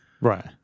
right